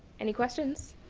any questions?